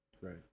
right